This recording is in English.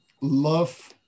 Love